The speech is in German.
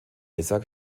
isaac